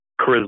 Charisma